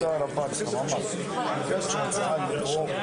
הנוספים שיש לנשיא האקדמיה